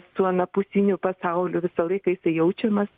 su anapusiniu pasauliu visą laiką jisai jaučiamas